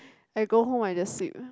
I go home I just sleep